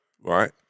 Right